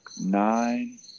nine